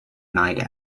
night